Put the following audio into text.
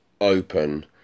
open